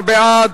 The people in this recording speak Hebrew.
19 בעד,